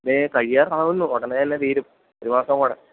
ദേ കഴിയാറാവുന്നു ഉടനെ തന്നെ തീരും ഒരു മാസം കൂടെ